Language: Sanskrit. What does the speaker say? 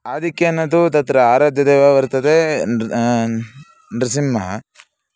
आधिक्येन तु तत्र आराध्यदैवः वर्तते नृसिंहः